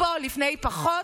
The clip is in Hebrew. את הפערים.